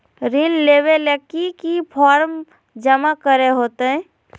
ऋण लेबे ले की की फॉर्म जमा करे होते?